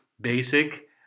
basic